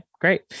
great